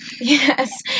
yes